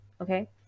okay